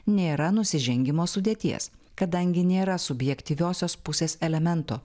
nėra nusižengimo sudėties kadangi nėra subjektyviosios pusės elemento